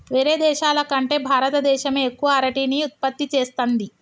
వేరే దేశాల కంటే భారత దేశమే ఎక్కువ అరటిని ఉత్పత్తి చేస్తంది